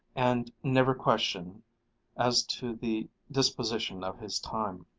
and never questioned as to the disposition of his time.